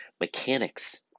mechanics